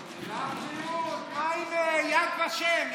מה עם יד ושם?